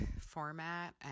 format